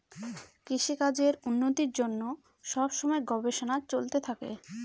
কৃষিকাজের উন্নতির জন্য সব সময় গবেষণা চলতে থাকে